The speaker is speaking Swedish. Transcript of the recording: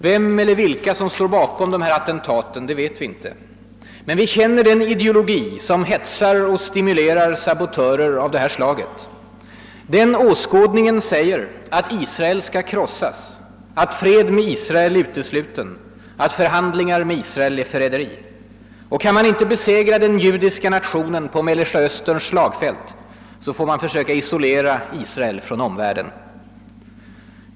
Vem eller vilka som står bakom attentaten vet vi inie. Men vi känner den ideologi som hetsar och stimulerar sabotörer av det här slaget. Den åskådningen säger att Israel skall krossas, att fred med Israel är utesluten, att förhandlingar med Israel är förräderi. Och kan man inte besegra den judiska nationen på Mellersta Österns slagfält får man försöka isolera Israel från omvärlden.